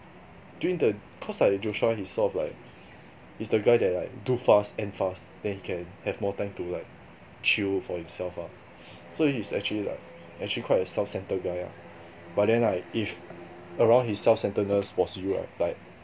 during the cause like joshua he sort of like he's the guy like do fast end fast then he can have more time to like chill for himself ah so he is actually like actually quite a self centered guy lah but then like if around his self centeredness was you like like